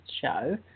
show